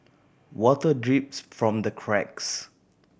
water drips from the cracks